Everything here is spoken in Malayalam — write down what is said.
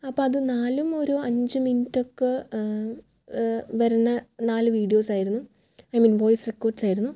അപ്പം അത് നാലും ഒരു അഞ്ച് മിനിറ്റൊക്കെ വരുന്ന നാല് വീഡിയോസായിരുന്നു ഐ മീൻ വോയ്സ് റെക്കോർഡ്സ് ആയിരുന്നു